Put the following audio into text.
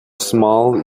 small